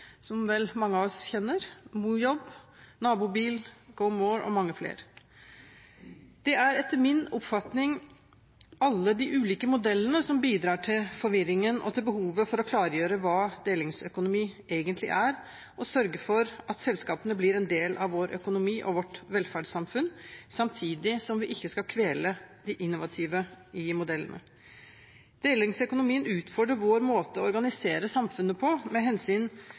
som vel mange av oss kjenner, Mojob, Nabobil, GoMore og mange flere. Det er etter min oppfatning alle de ulike modellene som bidrar til forvirringen og til behovet for å klargjøre hva delingsøkonomi egentlig er, og sørge for at selskapene blir en del av vår økonomi og vårt velferdssamfunn, samtidig som vi ikke skal kvele det innovative i modellene. Delingsøkonomien utfordrer vår måte å organisere samfunnet på med hensyn